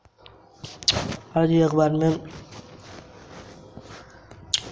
आज के अखबार में इनकम टैक्स प्रणाली के ऊपर आर्टिकल छपा है